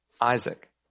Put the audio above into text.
Isaac